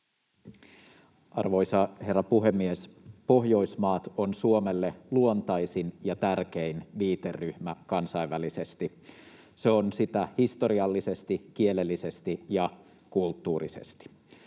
Arvoisa herra puhemies! Pohjoismaat ovat Suomelle luontaisin ja tärkein viiteryhmä kansainvälisesti. Ne ovat sitä historiallisesti, kielellisesti ja kulttuurisesti.